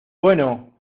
bueno